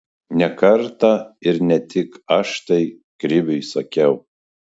ne kartą ir ne tik aš tai kriviui sakiau